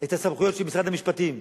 את הסמכויות של משרד המשפטים,